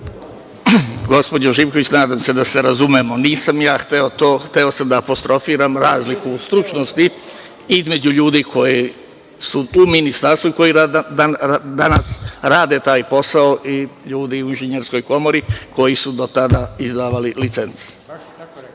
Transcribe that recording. Gospođo Živković, nadam se da se razumemo, nisam ja hteo to, hteo sam da apostrofiram razliku u stručnosti između ljudi koji su u Ministarstvu i koji danas rade taj posao i ljudi u Inženjerskoj komori koji su do tada izdavali licence. **Vladimir